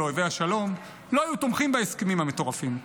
ו"אויבי השלום" לא היו תומכים בהסכמים המטורפים.